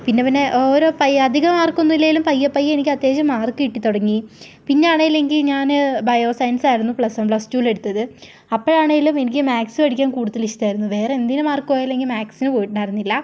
പിന്നെപ്പിന്നെ ഓരോ പയ്യെ അധികം മാർക്കൊന്നും ഇല്ലെങ്കിലും പയ്യെ പയ്യെ എനിക്ക് അത്യാവശ്യം മാർക്ക് കിട്ടി തുടങ്ങി പിന്നെ ആണെങ്കിൽ എനിക്ക് ഞാൻ ബയോ സയൻസായിരുന്നു പ്ലസ് വൺ പ്ലസ് ടൂവിലെടുത്തത് അപ്പോ ഴാണെങ്കിലും എനിക്ക് മാത്സ് പഠിക്കാൻ കൂടുതലിഷ്ടമായിരുന്നു വേറെ എന്തിന് മാർക്ക് പോയാലും എനിക്ക് മാത്സിന് പോയിട്ടുണ്ടായിരുന്നില്ല